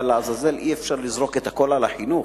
אבל לעזאזל, אי-אפשר לזרוק את הכול על החינוך.